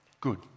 Good